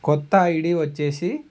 కొత్త ఐడి వచ్చేసి